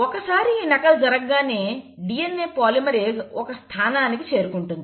ఒకసారి ఈ నకలు జరగగానే DNA పాలిమరేస్ ఒక స్థానానికి చేరుకుంటుంది